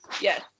Yes